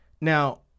Now